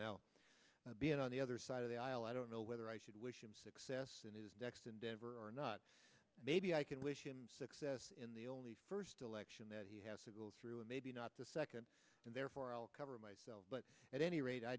now being on the other side of the aisle i don't know whether i should wish him success in his next endeavor not maybe i can wish him success in the only first election that he has to go through and maybe not the second and therefore i'll cover myself but at any rate i